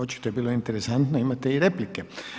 Očito je bilo interesantno, imate i replike.